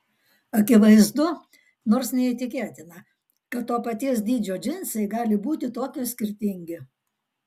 akivaizdu nors neįtikėtina kad to paties dydžio džinsai gali būti tokie skirtingi